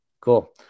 Cool